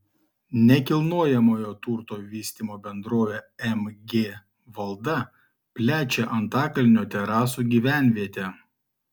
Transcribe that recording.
nekilnojamojo turto vystymo bendrovė mg valda plečia antakalnio terasų gyvenvietę